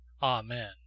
Amen